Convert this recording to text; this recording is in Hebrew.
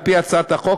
על פי הצעת החוק,